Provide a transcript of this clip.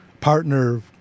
partner